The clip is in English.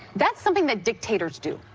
that's something that dictators do.